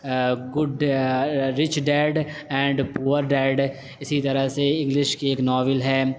good rich dad and poor dad اسی طرح سے انگلش کی ایک ناول ہے